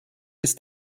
ist